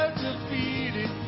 defeated